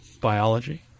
biology